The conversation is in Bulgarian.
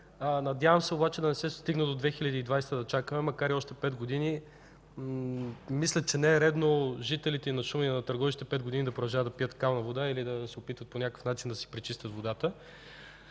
Надявам се обаче да не се стигне да чакаме до 2020 г., макар и още 5 години. Мисля, че не е редно жителите на Шумен и на Търговище пет години да продължават да пият кална вода или да се опитват по някакъв начин да си пречистват водата.